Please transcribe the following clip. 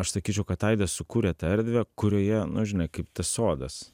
aš sakyčiau kad aidas sukūrė tą erdvę kurioje nu žinai kaip sodas